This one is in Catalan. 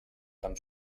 tan